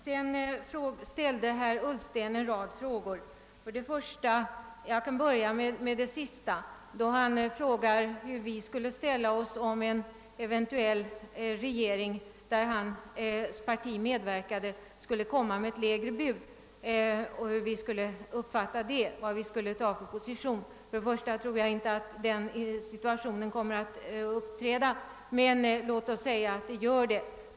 Herr Ullsten ställde en rad frågor. Jag skall börja med den sista, vari han undrade hur vi skulle ställa oss, om en eventuell regering i vilken hans parti medverkade skulle ge ett lägre bud, Jag tror inte att den situationen kommer att uppträda, men låt oss säga att den gör det.